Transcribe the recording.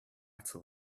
into